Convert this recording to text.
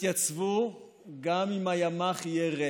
יתייצבו גם אם הימ"ח יהיה ריק,